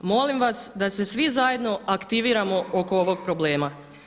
Molim vas da se svi zajedno aktiviramo oko ovog problema.